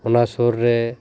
ᱚᱱᱟ ᱥᱩᱨ ᱨᱮ